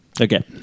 okay